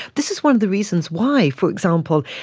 this is one of the reasons why, for example,